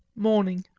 morning.